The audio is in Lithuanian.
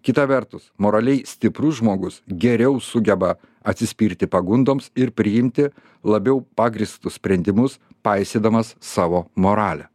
kita vertus moraliai stiprus žmogus geriau sugeba atsispirti pagundoms ir priimti labiau pagrįstus sprendimus paisydamas savo moralę